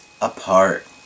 apart